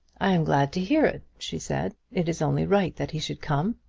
i am glad to hear it, she said. it is only right that he should come.